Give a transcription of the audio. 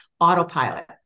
autopilot